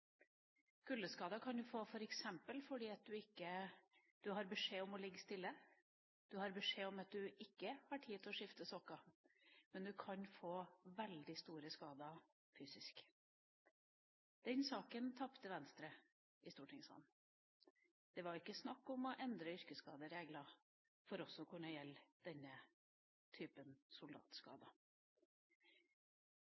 kan du få f.eks. fordi du har beskjed om å ligge stille, eller du har beskjed om at du ikke har tid til å skifte sokker. Men du kan få veldig store fysiske skader. I denne saken tapte Venstre i stortingssalen: Det var ikke snakk om å endre yrkesskadereglene til også å kunne gjelde denne typen